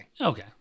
Okay